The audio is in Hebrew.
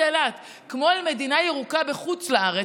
לאילת כמו אל מדינה ירוקה בחוץ לארץ,